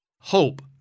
Hope